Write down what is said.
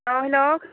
औ हेल'